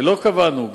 ולא קבענו.